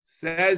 Says